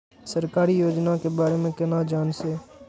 सरकारी योजना के बारे में केना जान से?